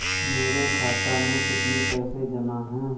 मेरे खाता में कितनी पैसे जमा हैं?